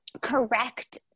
correct